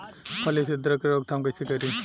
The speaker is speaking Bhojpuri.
फली छिद्रक के रोकथाम कईसे करी?